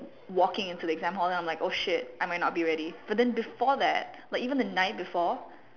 walking into the exam hall and then I'm like oh shit I might not be ready but then before that like even the night before